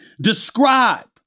describe